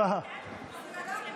אמילי